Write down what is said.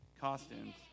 costumes